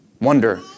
wonder